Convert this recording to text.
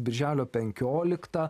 birželio penkioliktą